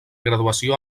graduació